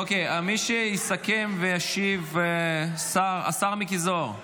אוקיי, מי שיסכם וישיב זה השר מיקי זוהר.